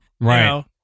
Right